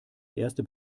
erste